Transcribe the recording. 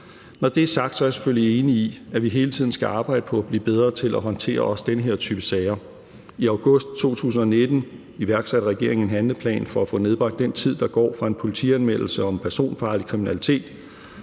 Når det er sagt, er jeg selvfølgelig enig i, at vi hele tiden skal arbejde på at blive bedre til også at håndtere den her type sager. I august 2019 iværksatte regeringen en handleplan for at få nedbragt den tid, der går fra en politianmeldelse om personfarlig kriminalitet,